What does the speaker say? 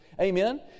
Amen